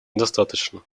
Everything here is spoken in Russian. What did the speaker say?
недостаточно